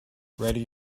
ready